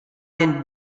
then